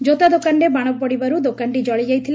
ଜୋତା ଦୋକାନରେ ବାଣ ପଡ଼ିବାରୁ ଦୋକାନଟି ଜଳି ଯାଇଥିଲା